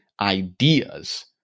ideas